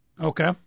Okay